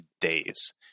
days